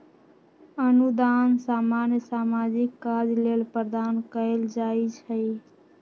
अनुदान सामान्य सामाजिक काज लेल प्रदान कएल जाइ छइ